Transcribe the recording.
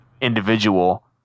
individual